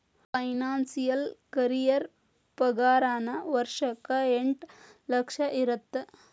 financial career ಪಾಗಾರನ ವರ್ಷಕ್ಕ ಎಂಟ್ ಲಕ್ಷ ಇರತ್ತ